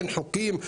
אין חוקים,